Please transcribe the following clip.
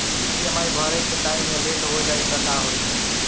EMI भरे के time मे लेट हो जायी त का होई?